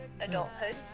adulthood